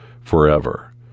forever